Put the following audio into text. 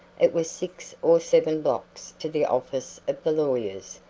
it was six or seven blocks to the office of the lawyers,